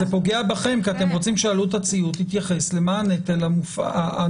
זה פוגע בכם כי אתם רוצים שעלות הציות יתייחס לנטל הנופל.